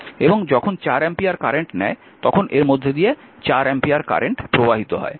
এবং যখন 4 ampere current নেয় তখন এর মধ্যে দিয়ে 4 অ্যাম্পিয়ার কারেন্ট প্রবাহিত হয়